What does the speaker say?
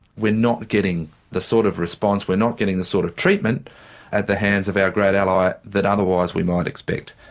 we're not getting the sort of response we're not getting the sort of treatment at the hands of our great ally that otherwise we might expect.